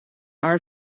our